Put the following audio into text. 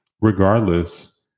regardless